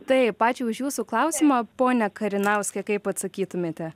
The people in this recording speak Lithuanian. taip ačiū už jūsų klausimą ponia karinauske kaip atsakytumėte